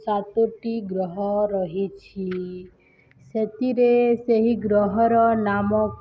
ସାତୋଟି ଗ୍ରହ ରହିଛି ସେଥିରେ ସେହି ଗ୍ରହର ନାମ